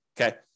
okay